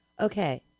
Okay